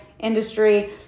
industry